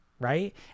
right